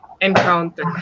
encounter